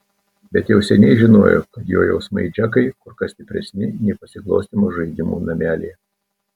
bet jau seniai žinojo kad jo jausmai džekai kur kas stipresni nei pasiglostymas žaidimų namelyje